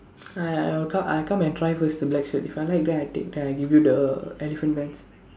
I I will come I will come and try first the black suit if I like then I take then I give you the elephant pants